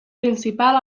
principal